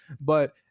but-